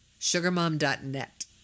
Sugarmom.net